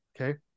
Okay